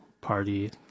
party